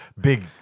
big